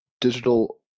digital